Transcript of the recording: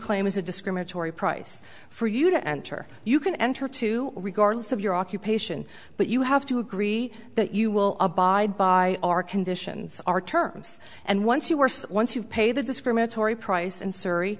claim is a discriminatory price for you to enter you can enter to regardless of your occupation but you have to agree that you will abide by our conditions our terms and once you were once you pay the discriminatory price and surgery